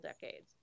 decades